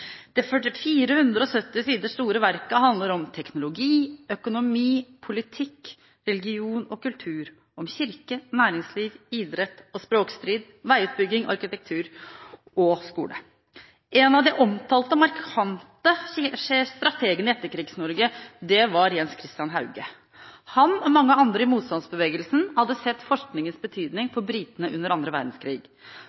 Slagstad. Det 470 sider store verket handler om teknologi, økonomi, politikk, religion og kultur, om kirke, næringsliv, idrett og språkstrid, om veiutbygging, arkitektur og skole. En av de omtalte og markante strategene i Etterkrigs-Norge var Jens Christian Hauge. Han og mange andre i motstandsbevegelsen hadde sett forskningens betydning